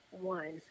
one